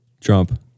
Trump